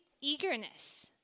eagerness